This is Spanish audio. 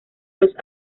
los